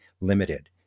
limited